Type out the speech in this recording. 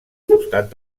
costat